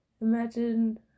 imagine